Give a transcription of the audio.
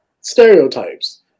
stereotypes